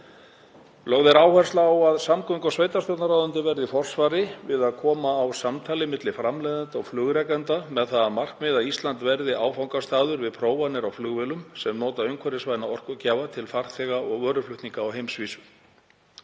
Lögð er áhersla á að samgöngu- og sveitarstjórnarráðuneytið verði í forsvari við að koma á samtali á milli framleiðenda og flugrekenda með það að markmiði að Ísland verði áfangastaður við prófanir á flugvélum sem nota umhverfisvæna orkugjafa til farþega- og vöruflutninga á heimsvísu.